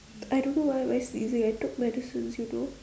I don't know why am I sneezing I took medicines you know